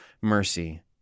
mercy